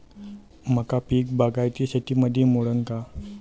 मका पीक बागायती शेतीमंदी मोडीन का?